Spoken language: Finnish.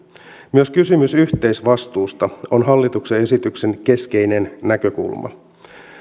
myös kysymys yhteisvastuusta on hallituksen esityksen keskeinen näkökulma